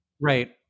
Right